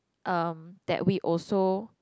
um that we also